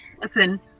Listen